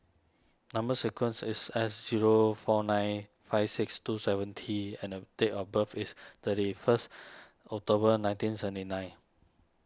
Number Sequence is S zero four nine five six two seven T and the date of birth is thirty first October nineteen seventy nine